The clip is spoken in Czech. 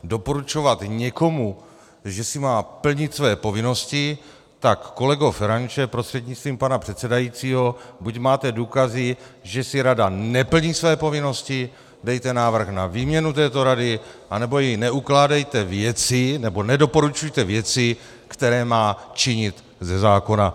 Doporučovat někomu, že má plnit své povinnosti tak kolego Feranče prostřednictvím pana předsedajícího, buď máte důkazy, že rada neplní své povinnosti, dejte návrh na výměnu této rady, nebo jí neukládejte věci nebo nedoporučujte věci, které má činit ze zákona.